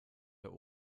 der